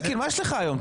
אלקין, מה יש לך היום?